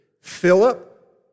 Philip